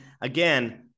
again